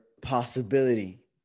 possibility